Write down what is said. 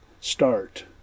start